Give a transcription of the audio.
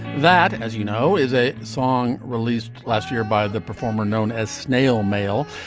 that as you know is a song released last year by the performer known as snail mail.